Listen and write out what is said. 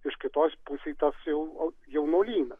iš kitos pusėj tas jau jaunuolynas